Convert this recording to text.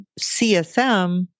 CSM